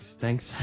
thanks